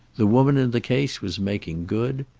the woman in the case was making good.